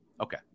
Okay